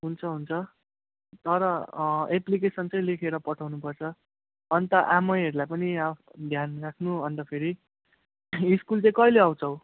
हुन्छ हुन्छ तर एप्लिकेसन चाहिँ लेखेर पठाउनुपर्छ अन्त आमैहरूलाई पनि ध्यान राख्नु अन्त फेरि स्कुल चाहिँ कहिले आउँछौ